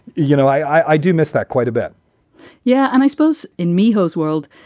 you know, i do miss that quite a bit yeah. and i suppose in migos world,